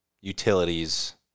utilities